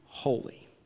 holy